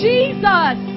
Jesus